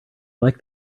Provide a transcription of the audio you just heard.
like